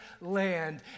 land